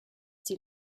die